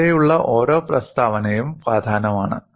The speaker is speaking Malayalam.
ഇവിടെയുള്ള ഓരോ പ്രസ്താവനയും പ്രധാനമാണ്